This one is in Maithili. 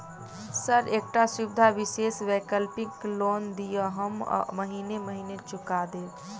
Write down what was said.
सर एकटा सुविधा विशेष वैकल्पिक लोन दिऽ हम महीने महीने चुका देब?